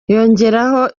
yongeyeho